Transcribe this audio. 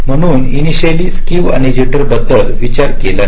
म्हणून initially skew आणि jitter बद्दल विचार केला नाही